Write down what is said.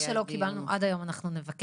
מה שלא קיבלנו עד היום אנחנו נבקש,